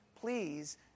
Please